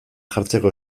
jartzeko